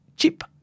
Cheap